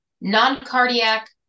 non-cardiac